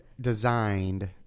designed